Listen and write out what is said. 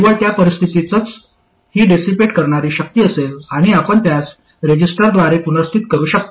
केवळ त्या परिस्थितीतच ही डेसीपेट करणारी शक्ती असेल आणि आपण त्यास रेझिस्टरद्वारे पुनर्स्थित करू शकता